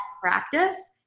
practice